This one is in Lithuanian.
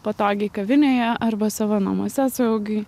patogiai kavinėje arba savo namuose saugiai